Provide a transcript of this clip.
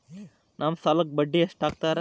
ನಮ್ ಸಾಲಕ್ ಬಡ್ಡಿ ಎಷ್ಟು ಹಾಕ್ತಾರ?